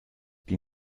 die